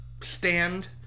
stand